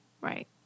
Right